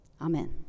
Amen